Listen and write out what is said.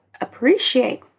appreciate